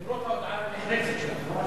למרות ההודעה הנחרצת שלך.